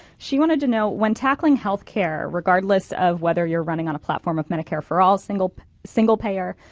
she wanted to know, when tackling health care regardless of whether you're running on a platform of medicare for all, single single payer,